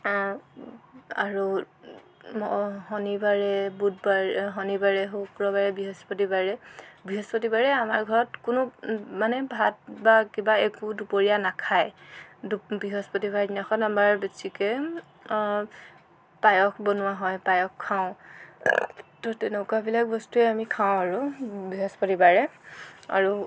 আৰু শনিবাৰে বুধবাৰ শনিবাৰে শুক্ৰবাৰে বৃহস্পতিবাৰে বৃহস্পতিবাৰে আমাৰ ঘৰত কোনো মানে ভাত বা কিবা একো দুপৰীয়া নাখায় বৃহস্পতিবাৰেদিনাখন আমাৰ বেছিকৈ পায়স বনোৱা হয় পায়স খাওঁ তো তেনেকুৱাবিলাক বস্তুৱে আমি খাওঁ আৰু বৃহস্পতিবাৰে আৰু